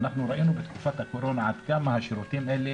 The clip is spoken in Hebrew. ראינו בתקופת הקורונה עד כמה השירותים האלה